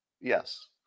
Yes